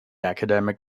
academic